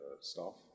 staff